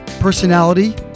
Personality